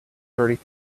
thirty